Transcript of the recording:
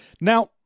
Now